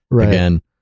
Again